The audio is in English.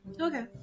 Okay